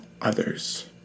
others